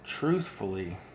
Truthfully